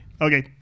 Okay